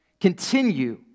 continue